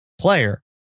player